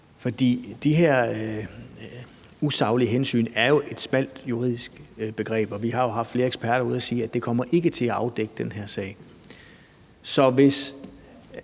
For de her usaglige hensyn er jo et smalt juridisk begreb, og vi har haft flere eksperter ude at sige, at det ikke kommer til at afdække den her sag. Så hvis